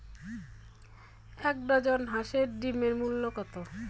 এক ডজন হাঁসের ডিমের মূল্য কত?